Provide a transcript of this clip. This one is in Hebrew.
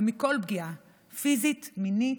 ומכל פגיעה, פיזית, מינית,